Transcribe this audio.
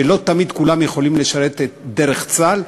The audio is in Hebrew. ולא תמיד כולם יכולים לשרת דרך צה"ל,